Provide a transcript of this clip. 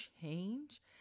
change